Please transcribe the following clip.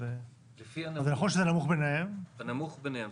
אז נכון שזה הנמוך מביניהם --- הנמוך מביניהם,